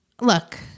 Look